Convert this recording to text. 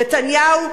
נתניהו,